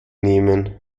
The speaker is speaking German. nehmen